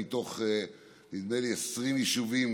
מתוך 20 יישובים,